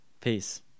Peace